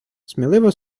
сміливо